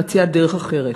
מציעה דרך אחרת.